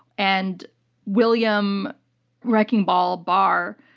and william wrecking ball barr,